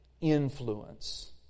influence